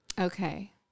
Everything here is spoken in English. Okay